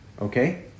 Okay